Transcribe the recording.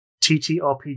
TTRPG